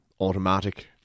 automatic